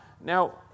now